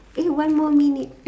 eh one more minute